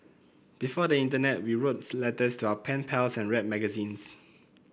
before the internet we wrote letters to our pen pals and read magazines